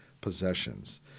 possessions